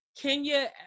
kenya